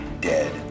dead